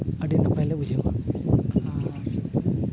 ᱟᱹᱰᱤ ᱱᱟᱯᱟᱭ ᱞᱮ ᱵᱩᱡᱷᱟᱹᱣ ᱠᱚᱣᱟ ᱟᱨ